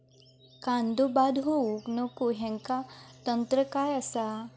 कांदो बाद होऊक नको ह्याका तंत्र काय असा?